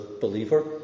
believer